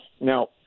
Now